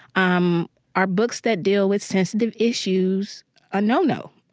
um are books that deal with sensitive issues a no-no?